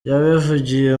yabivugiye